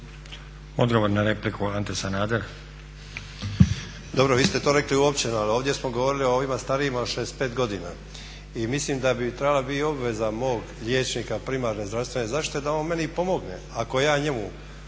**Sanader, Ante (HDZ)** Dobro, vi ste to rekli … ali ovdje smo govorili o ovima starijima od 65 godina i mislim da bi trebala biti obveza mog liječnika primarne zdravstvene zaštite da on meni i pomogne. Ako sam ja njemu